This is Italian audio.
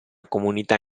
comunità